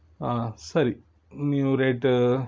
ಹಾಂ ಸರಿ ನೀವು ರೇಟ